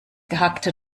gehackte